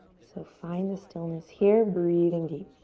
so find the stillness here. breathing deep.